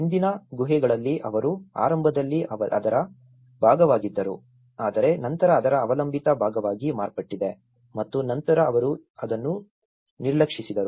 ಹಿಂದಿನ ಗುಹೆಗಳಲ್ಲಿ ಅವರು ಆರಂಭದಲ್ಲಿ ಅದರ ಭಾಗವಾಗಿದ್ದರು ಆದರೆ ನಂತರ ಅದರ ಅವಲಂಬಿತ ಭಾಗವಾಗಿ ಮಾರ್ಪಟ್ಟಿದೆ ಮತ್ತು ನಂತರ ಅವರು ಅದನ್ನು ನಿರ್ಲಕ್ಷಿಸಿದರು